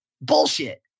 Bullshit